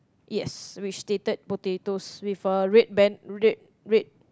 yes which stated potatoes with a red band red red